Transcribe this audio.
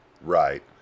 Right